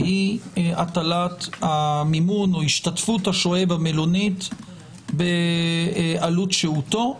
והיא הטלת המימון או השתתפות השוהה במלונית בעלות שהותו,